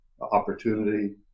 opportunity